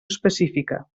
específica